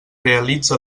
realitze